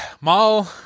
Mall